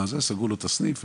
סגרו לו את הסניף,